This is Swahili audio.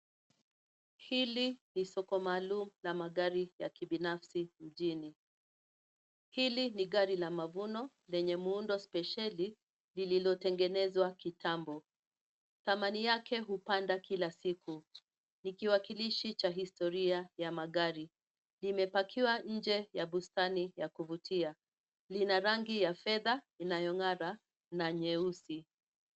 Hili ni soko maalumu la magari ya kibinafsi mjini. Hili ni gari la mavuno lenye muundo spesheli lililotengenezwa kitambo, thamani yake hupanda kila siku, nikiwakilishi cha historia ya magari, limepakiwa nje ya bustani ya kuvutia, lina rangi ya fedha inayong'ara na nyeusi.